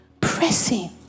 pressing